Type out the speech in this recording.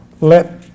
let